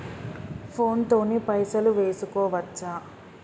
Phone తోని పైసలు వేసుకోవచ్చా?